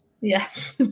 Yes